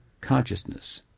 consciousness